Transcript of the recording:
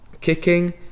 kicking